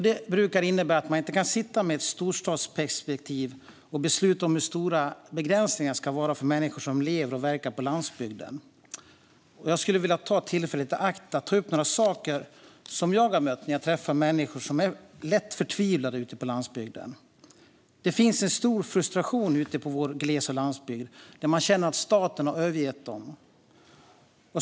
Det innebär att man inte kan sitta med ett storstadsperspektiv och besluta om hur stora begränsningar för människor som lever och verkar på landsbygden ska vara. Jag skulle vilja ta tillfället i akt att ta upp några saker som jag har mött när jag har träffat lätt förtvivlade människor ute på landsbygden. Det finns en stor frustration ute i vår gles och landsbygd, där människor känner att staten har övergett dem.